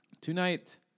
Tonight